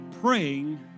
praying